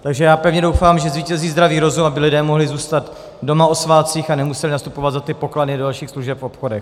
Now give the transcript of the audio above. Takže já pevně doufám, že zvítězí zdravý rozum, aby lidé mohli zůstat doma o svátcích a nemuseli nastupovat za ty pokladny a do dalších služeb v obchodech.